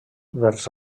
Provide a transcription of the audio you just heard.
vers